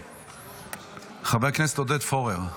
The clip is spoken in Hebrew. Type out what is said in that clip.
חבר הכנסת עודד פורר.